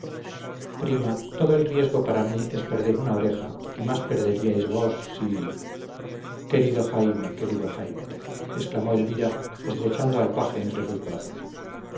prima todo el riesgo para mí es perder una oreja y más perderíais vos si querido jaime querido jaime exclamó elvira estrechando al paje entre sus brazos